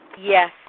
Yes